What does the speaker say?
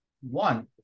One